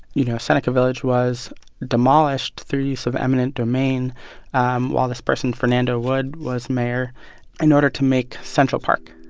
you know, seneca village was demolished through use of eminent domain um while this person, fernando wood, was mayor in order to make central park.